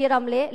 שהיא רמלה.